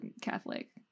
Catholic